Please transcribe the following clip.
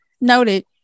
noted